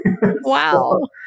Wow